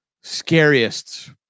scariest